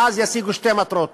ואז ישיגו שתי מטרות: